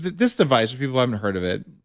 this device, for people haven't heard of it,